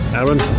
Aaron